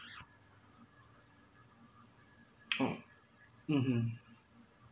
uh (uh huh)